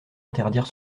interdire